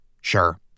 Sure